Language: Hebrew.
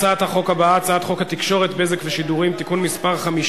הצעת חוק לתיקון פקודת מס הכנסה (מס'